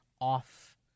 off